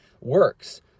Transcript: works